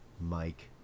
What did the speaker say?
Mike